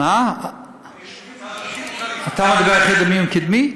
ביישובים הלא-מוכרים.